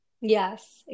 Yes